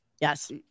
Yes